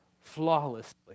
flawlessly